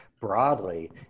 broadly